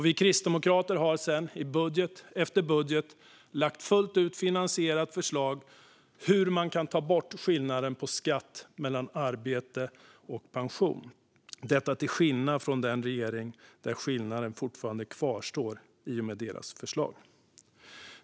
Vi kristdemokrater har sedan, i budget efter budget, lagt fullt ut finansierade förslag som visar hur man kan ta bort skillnaden mellan skatt på arbete och skatt på pension - i motsats till regeringens förslag där denna skillnad fortfarande kvarstår.